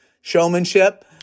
showmanship –